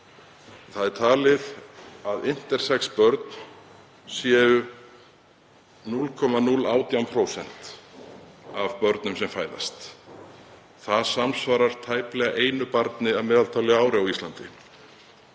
Talið er að intersex börn séu 0,018% af börnum sem fæðast, það samsvarar tæplega einu barni að meðaltali á ári á Íslandi,